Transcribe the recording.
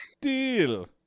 Deal